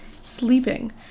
Sleeping